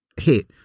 hit